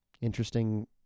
Interesting